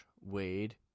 Wade